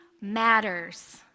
matters